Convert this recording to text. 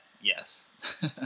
Yes